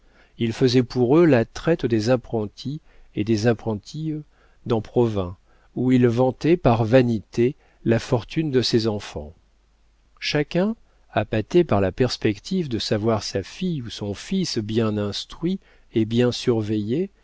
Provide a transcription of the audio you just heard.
il faisait pour eux la traite des apprentis et des apprenties dans provins où il vantait par vanité la fortune de ses enfants chacun appâté par la perspective de savoir sa fille ou son fils bien instruit et bien surveillé